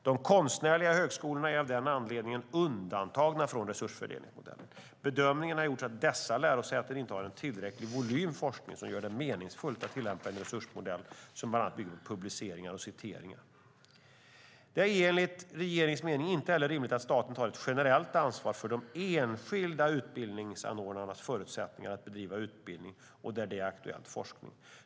De konstnärliga högskolorna är av den anledningen undantagna från resursfördelningsmodellen. Bedömningen har gjorts att dessa lärosäten inte har en tillräcklig volym forskning för att göra det meningsfullt att tillämpa en resursmodell som bland annat bygger på publiceringar och citeringar. Det är enligt regeringens mening inte heller rimligt att staten tar ett generellt ansvar för de enskilda utbildningsanordnarnas förutsättningar att bedriva utbildning och, där det är aktuellt, forskning.